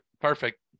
perfect